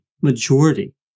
majority